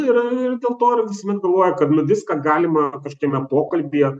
yra ir dėl to ir visuomet galvoja kad nu viską galima kažkokiame pokalbyje